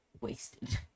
wasted